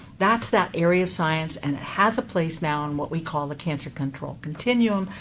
that's that area of science, and it has a place now in what we call the cancer control continuum.